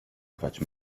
quatsch